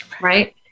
right